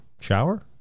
shower